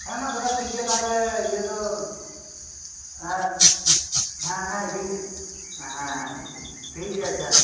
ᱦᱮᱸᱼᱢᱟ ᱫᱟᱫᱟ ᱴᱷᱤᱠ ᱜᱮᱭᱟ ᱛᱟᱦᱞᱮ ᱤᱭᱟᱹ ᱫᱚ ᱮᱸᱜ ᱻ ᱦᱮᱸ ᱦᱮᱸ ᱤᱫᱤᱭᱫᱟᱹᱧ ᱦᱮᱸ ᱦᱮᱸ ᱴᱷᱤᱠ ᱜᱮᱭᱟ ᱟᱪᱪᱷᱟ